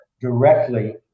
directly